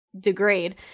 degrade